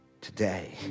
today